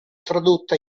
tradotta